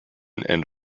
and